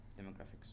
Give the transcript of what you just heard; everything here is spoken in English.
Demographics